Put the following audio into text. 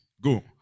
go